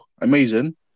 amazing